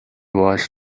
was